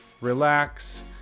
relax